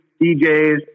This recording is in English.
DJs